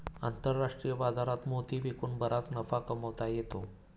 आंतरराष्ट्रीय बाजारात मोती विकून बराच नफा कमावता येतो